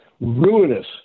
ruinous